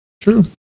True